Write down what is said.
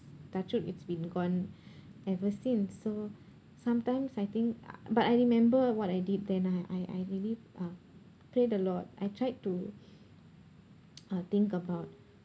touch wood it's been gone ever since so sometimes I think uh but I remember what I did then I I I really uh prayed a lot I tried to uh think about